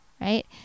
right